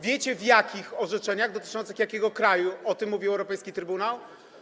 Wiecie, w jakich orzeczeniach, dotyczących jakiego kraju o tym mówił Europejski Trybunał?